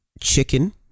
chicken